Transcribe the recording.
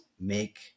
make